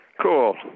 Cool